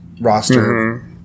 roster